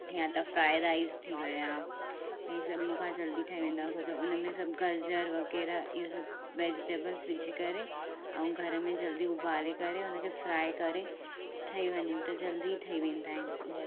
या त fry rice थी विया इहे सभु मूंखां जल्दी ठही वेंदा उहो त हुन में सभु गजरु वग़ैरह इहे सभु वैजीटेबल्स विझी करे ऐं घर में जल्दी उभारे करे हुन खे फ्राए करे ठही वञूं त जल्दी ठही वेंदा आहिनि